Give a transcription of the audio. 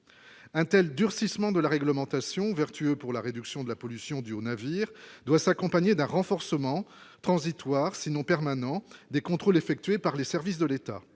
un telle durcissement de la réglementation vertueux pour la réduction de la pollution due aux navires-doit s'accompagner d'un renforcement transitoire c'est non permanent des contrôles effectués par les services de l'État,